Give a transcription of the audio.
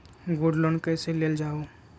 Gold loan कईसे लेल जाहु?